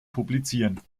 publizieren